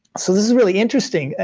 so this is really interesting,